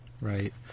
Right